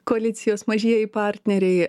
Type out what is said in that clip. koalicijos mažieji partneriai